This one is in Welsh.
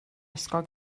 ysgol